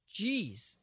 Jeez